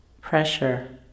pressure